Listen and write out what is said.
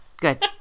Good